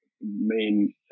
main